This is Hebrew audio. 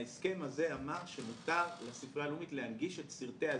ההסכם הזה אמר שמותר לספרייה הלאומית להנגיש את סרטי הזיעור,